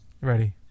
Ready